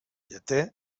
lleter